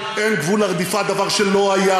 אין סוף לציד, אין גבול לרדיפה, דבר שלא היה.